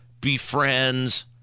befriends